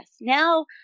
Now